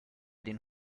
den